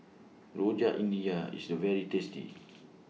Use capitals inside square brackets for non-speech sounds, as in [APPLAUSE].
Rojak India IS very tasty [NOISE]